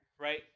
Right